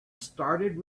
started